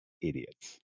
idiots